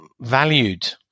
valued